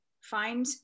find